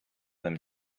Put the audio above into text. them